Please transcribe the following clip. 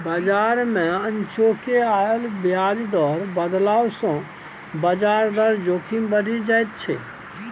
बजार मे अनचोके आयल ब्याज दर बदलाव सँ ब्याज दर जोखिम बढ़ि जाइत छै